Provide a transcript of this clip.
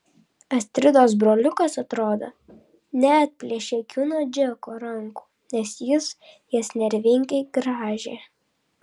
astridos broliukas atrodo neatplėšė akių nuo džeko rankų nes jis jas nervingai grąžė